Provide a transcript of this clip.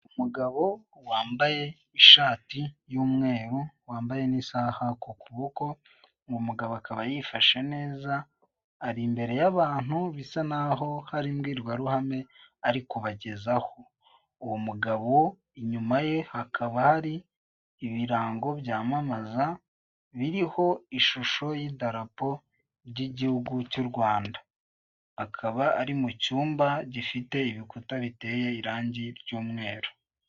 Umugabo wambaye ishati y'umweru, wambaye n'isaha ku kuboko, uwo mugabo akaba yifashe neza, ari imbere y'abantu bisa naho hari imbwirwaruhame ari kubagezaho. Uwo mugabo inyuma ye hakaba hari ibirango byamamaza, biriho ishusho y'idarapo ry'igihugu cy'u Rwanda. Akaba ari mu cyumba gifite ibikuta biteye irangi ry'umweru.